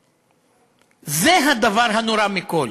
וזה הדבר הנורא מכול: